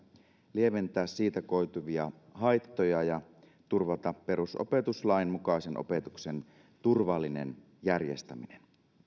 lieventää siitä koituvia haittoja ja turvata perusopetuslain mukaisen opetuksen turvallinen järjestäminen